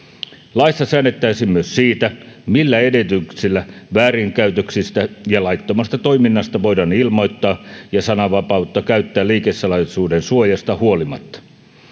laissa säädettäisiin myös siitä millä edellytyksillä väärinkäytöksistä ja laittomasta toiminnasta voidaan ilmoittaa ja sanavapautta käyttää liikesalaisuuden suojasta huolimatta